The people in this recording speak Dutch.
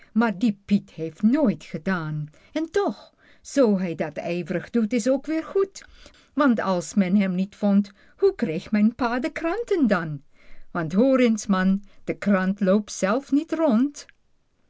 maar die piet heeft nooit gedaan en toch zoo hij dat ijv'rig doet is ook weer goed want als men hem niet vond hoe kreeg mijn pa de kranten dan want hoor eens man de krant loopt zelf niet rond